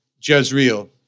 Jezreel